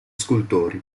scultori